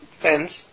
friends